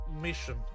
Mission